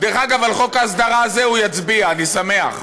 דרך אגב, על חוק ההסדרה הזה הוא יצביע, אני שמח.